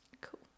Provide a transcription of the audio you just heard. Cool